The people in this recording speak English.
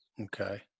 okay